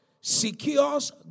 secures